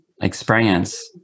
experience